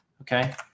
okay